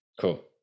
Cool